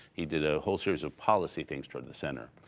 he did a whole series of policy things toward the center.